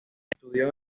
estudió